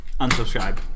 Unsubscribe